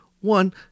one